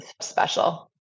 special